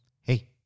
hey